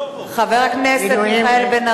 למה אתה מוציא שם רע, חבר הכנסת מיכאל בן-ארי.